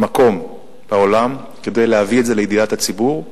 מקום בעולם כדי להביא את זה לידיעת הציבור,